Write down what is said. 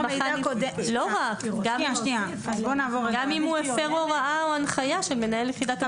גם אם הוא הפר הוראה או הנחיה של מנהל יחידת הפיקוח